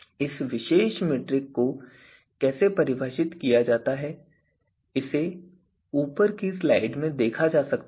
इस विशेष metric LP के को कैसे परिभाषित किया जाता है इसे ऊपर की स्लाइड में देखा जा सकता है